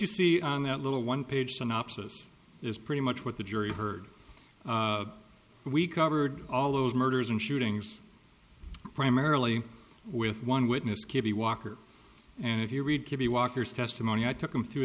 you see on that little one page synopsis is pretty much what the jury heard we covered all those murders and shootings primarily with one witness katie walker and if you read the walker's testimony i took them through